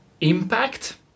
Impact